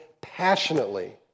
passionately